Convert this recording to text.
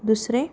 दुसरें